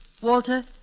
Walter